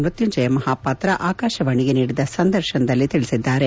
ಮ್ಬತ್ಲುಂಜಯ ಮಹಾಪಾತ್ರ ಆಕಾಶವಾಣಿಗೆ ನೀಡಿದ ಸಂದರ್ಶನದಲ್ಲಿ ತಿಳಿಸಿದ್ದಾರೆ